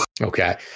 Okay